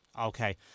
Okay